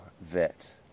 vet